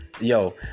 Yo